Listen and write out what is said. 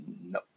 No